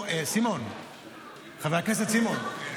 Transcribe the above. חבר הכנסת סימון,